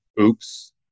oops